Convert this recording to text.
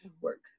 work